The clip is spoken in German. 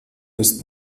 ist